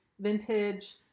vintage